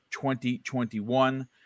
2021